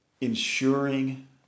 ensuring